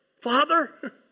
father